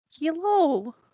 Hello